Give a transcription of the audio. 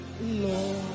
Lord